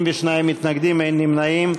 62 מתנגדים, אין נמנעים.